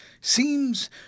seems